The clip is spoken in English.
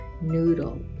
noodle